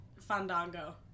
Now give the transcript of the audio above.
Fandango